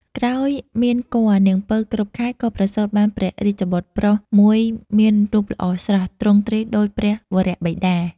ក្រោយមកគភ៌‌នាង ពៅ គ្រប់ខែ ក៏ប្រសូតបានព្រះរាជបុត្រប្រុសមួយមានរូបល្អស្រស់ ទ្រង់ទ្រាយដូចព្រះវរបិតា។